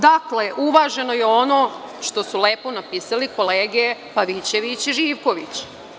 Dakle uvaženo je ono što su lepo napisali kolege Pavićević i Živković.